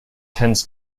tends